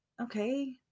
Okay